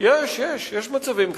יש מצבים כאלה?